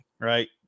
right